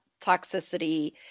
toxicity